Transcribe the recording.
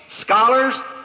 Scholars